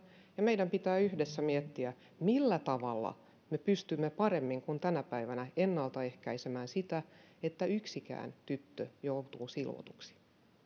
ja meidän pitää yhdessä miettiä millä tavalla me pystymme paremmin kuin tänä päivänä ennaltaehkäisemään sitä että yksikään tyttö joutuu silvotuksi